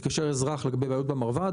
התקשר אזרח לגבי בעיות במרב"ד,